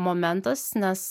momentas nes